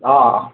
ఆ